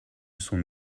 son